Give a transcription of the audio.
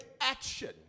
action